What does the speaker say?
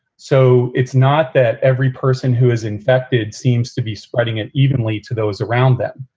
so it's not that every person who is infected seems to be spreading it evenly to those around them,